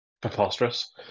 preposterous